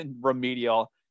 remedial